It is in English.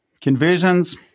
Conversions